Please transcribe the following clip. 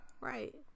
right